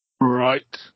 Right